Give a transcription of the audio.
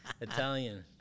italian